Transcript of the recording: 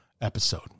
episode